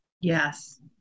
Yes